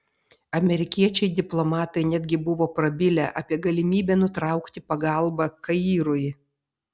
amerikiečiai diplomatai netgi buvo prabilę apie galimybę nutraukti pagalbą kairui